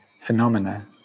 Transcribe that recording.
phenomena